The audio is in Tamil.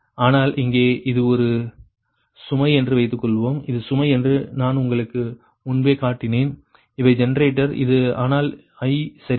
ஆனால் இங்கே இது சுமை என்று வைத்துக்கொள்வோம் இது சுமை என்று நான் உங்களுக்கு முன்பே காட்டினேன் இவை ஜெனரேட்டர் இது ஆனால் i சரியா